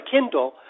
Kindle